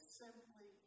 simply